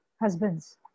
husbands